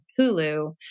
Hulu